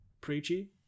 preachy